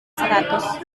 seratus